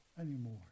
anymore